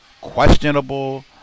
questionable